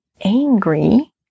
angry